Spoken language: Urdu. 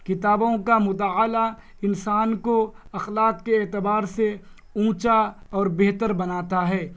کتابوں کا مطالعہ انسان کو اخلاق کے اعتبار سے اونچا اور بہتر بناتا ہے